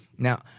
Now